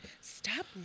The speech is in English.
Stop